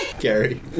Gary